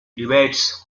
debates